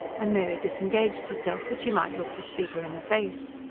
and mary disengaged herself, that she might look the speaker in the face.